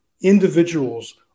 individuals